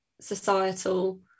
societal